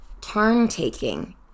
turn-taking